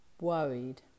worried